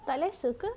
tak lesser ke